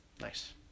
Nice